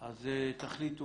בבקשה.